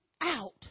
out